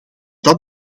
dat